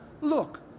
Look